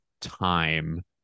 time